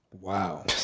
Wow